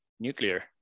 nuclear